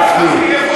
גפני,